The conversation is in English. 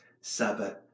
Sabbath